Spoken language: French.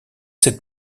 cette